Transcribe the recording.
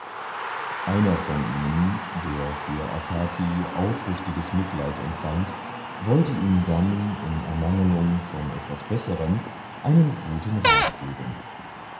einer von ihnen der für akaki aufrichtiges mitleid empfand wollte ihm dann in ermangelung von etwas besserem einen guten rat geben